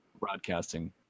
Broadcasting